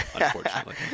unfortunately